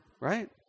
Right